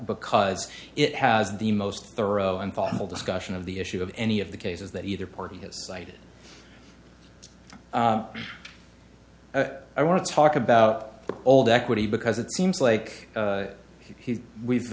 because it has the most thorough and possible discussion of the issue of any of the cases that either party has lied i want to talk about old equity because it seems like he's we've